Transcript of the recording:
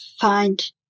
find